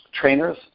trainers